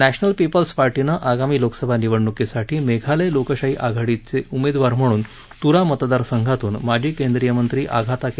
national peoples पीर्टीनं आगामी लोकसभा निवडणुकीसाठी मेघालय लोकशाही आघाडीचे उमेदवार म्हणून तुरा मतदारसंघातून माजी केंद्रीय मंत्री अगाथा के